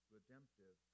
Redemptive